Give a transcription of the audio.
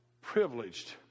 privileged